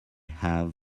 have